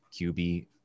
QB